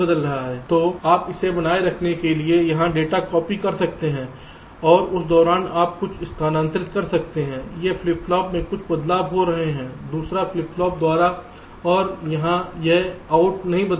तो आप इसे बनाए रखने के लिए यहां डेटा कॉपी कर सकते हैं और उस दौरान आप यहां कुछ स्थानांतरित कर सकते हैं इस फ्लिप फ्लॉप में कुछ बदलाव हो रहे हैं दूसरे फ्लिप फ्लॉप द्वारा और यहां यह out नहीं बदलेगा